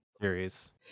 series